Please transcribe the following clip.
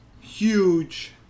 huge